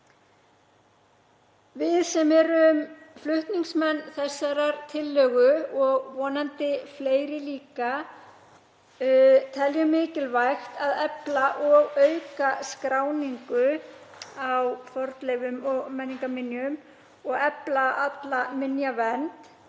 Við sem erum flutningsmenn þessarar tillögu og vonandi fleiri teljum mikilvægt að efla og auka skráningu á fornleifum og menningarminjum og efla alla minjavernd.